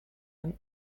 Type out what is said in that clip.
and